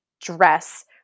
dress